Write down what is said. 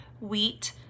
wheat